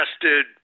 tested